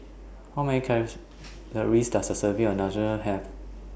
How Many Calories Does A Serving of Have